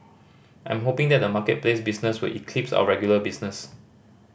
I'm hoping that the marketplace business will eclipse our regular business